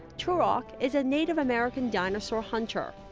turok is a native american dinosaur hunter.